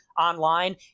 online